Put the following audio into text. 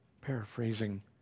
Paraphrasing